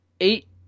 eight